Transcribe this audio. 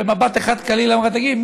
ובמבט אחד קליל אמרה: תגיד,